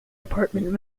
apartment